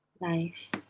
Nice